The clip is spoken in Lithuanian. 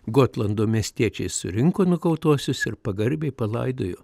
gotlando miestiečiai surinko nukautuosius ir pagarbiai palaidojo